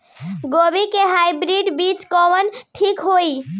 गोभी के हाईब्रिड बीज कवन ठीक होई?